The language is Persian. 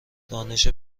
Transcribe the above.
دانش